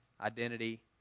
identity